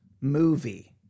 movie